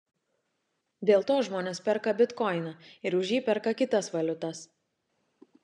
dėl to žmonės perka bitkoiną ir už jį perka kitas valiutas